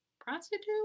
prostitute